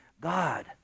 God